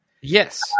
Yes